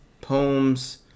poems